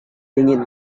dingin